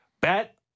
Bet